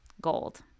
gold